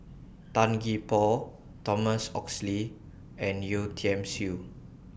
Tan Gee Paw Thomas Oxley and Yeo Tiam Siew